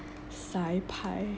sai pai